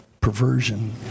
perversion